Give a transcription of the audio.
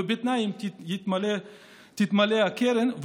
ובתנאי שתתמלא הקרן,